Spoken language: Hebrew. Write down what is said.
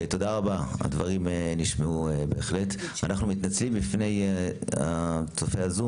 ראינו שהמרכז האירופי לבקרת מחלות ומניעתן